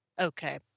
Okay